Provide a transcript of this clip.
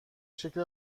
شکل